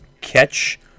Catch